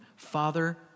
Father